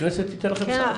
הכנסת תיתן לכם חוק.